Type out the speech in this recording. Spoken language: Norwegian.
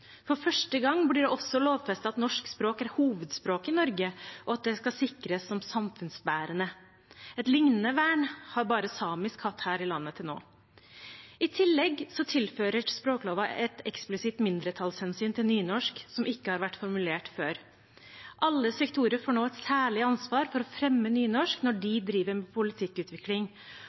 for norsk språk. For første gang blir det også lovfestet at norsk språk er hovedspråket i Norge, og at det skal sikres som samfunnsbærende. Et lignende vern har bare samisk hatt her i landet til nå. I tillegg tilfører språkloven et eksklusivt mindretallshensyn til nynorsk som ikke har vært formulert før. Alle sektorer får nå et særlig ansvar for å fremme nynorsk når de driver med politikkutvikling,